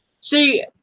See